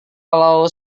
kalau